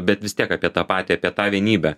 bet vis tiek apie tą patį apie tą vienybę